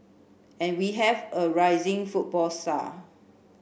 and we have a rising football star